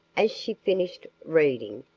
as she finished reading,